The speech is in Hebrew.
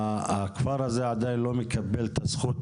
הכפר הזה עדיין לא מקבל את הזכות